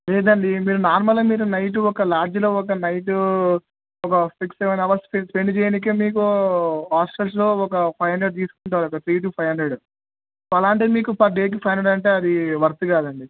లేదండి మీరు నార్మల్గా మీరు నైట్ ఒక లాడ్జ్లో ఒక నైట్ ఒక సిక్స్ సెవెన్ అవర్స్ స్పెండ్ చేయడానికే మీకు హాస్టల్స్లో ఒక ఫైవ్ హండ్రెడ్ తీసుకుంటారు కదా three to five hundred so అలాంటి మీకు పర్ డేకి ఫైవ్ హండ్రెడ్ అంటే అది వర్త్ కాదండి